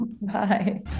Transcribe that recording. Bye